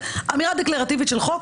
אמירה דקלרטיבית של חוק